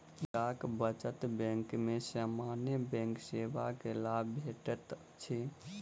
डाक बचत बैंक में सामान्य बैंक सेवा के लाभ भेटैत अछि